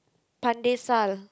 Pandesal